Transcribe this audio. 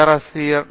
பேராசிரியர் ஆர்